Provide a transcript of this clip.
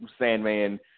Sandman